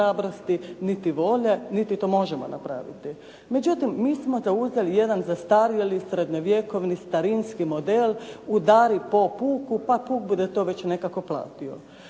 niti volje, niti to možemo napraviti. Međutim mi smo zauzeli jedan zastarjeli srednjovjekovni, starinski model udari po puku, pa puk bude to već nekako platio.